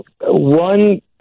one